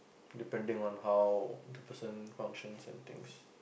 depending on how the person functions and thinks